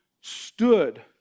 stood